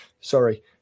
sorry